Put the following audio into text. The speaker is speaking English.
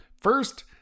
first